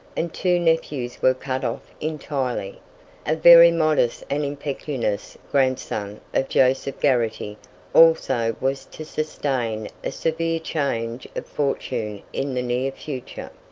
and two nephews were cut off entirely a very modest and impecunious grandson of joseph garrity also was to sustain a severe change of fortune in the near future,